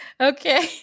Okay